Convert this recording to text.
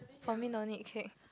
for me no need cake